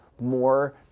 more